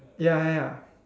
ya ya